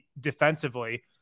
defensively